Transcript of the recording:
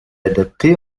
adapté